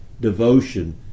devotion